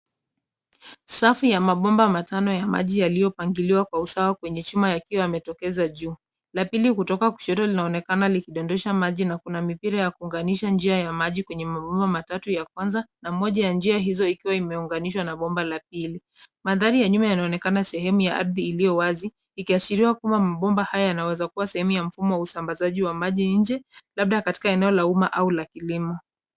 Safu ya mabomba matano ya maji yaliyopangiliwa kwa usawa kwenye chumba yakiwa yametokeza juu. La pili kutoka kushoto linaonekana likidondosha maji na kuna mipira ya kuunganisha njia ya maji kwenye mabomba matatu ya kwanza na moja ya njia hizo ikiwa imeunganishwa na bomba la pili. Mandhari ya nyuma yanaonekana sehemu ya ardhi iliyo wazi ikiaashiriwa kuwa mabomba haya yanaweza kuwa sehemu ya mfumo wa usambazaji wa maji nje, labda katika eneo la umma au la kilimo.